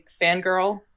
fangirl